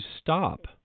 stop